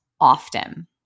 often